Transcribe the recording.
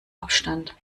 abstand